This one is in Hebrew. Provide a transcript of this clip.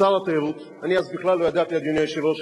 השר מיסז'ניקוב יעלה ויבוא,